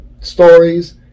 stories